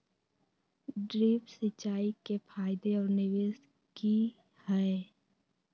Drip सिंचाई के फायदे और निवेस कि हैय?